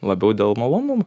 labiau dėl malonum